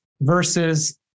versus